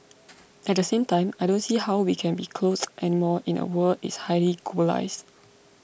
at the same time I don't see how we can be closed anymore in a world is highly globalised